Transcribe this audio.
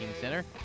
Center